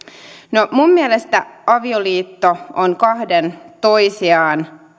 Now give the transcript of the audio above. no minun mielestäni avioliitto on kahden toisiaan